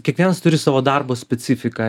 kiekvienas turi savo darbo specifiką